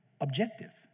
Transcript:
objective